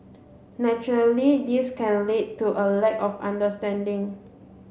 naturally this can lead to a lack of understanding